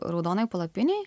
raudonoj palapinėj